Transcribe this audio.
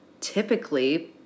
typically